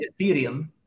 Ethereum